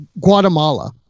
Guatemala